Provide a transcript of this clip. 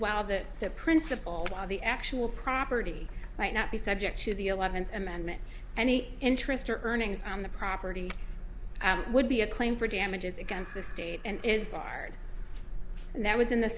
that that principle the actual property might not be subject to the eleventh amendment any interest or earnings on the property would be a claim for damages against the state and is barred and that was in th